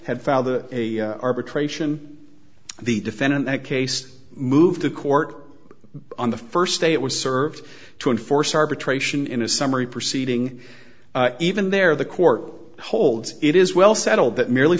father a arbitration the defendant that case moved to court on the first day it was served to enforce arbitration in a summary proceeding even there the court holds it is well settled that merely